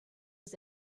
was